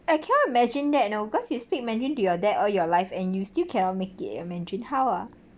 I cannot imagine that you know because you speak mandarin to your dad all your life and you still cannot make it your mandarin how ah